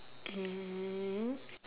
mmhmm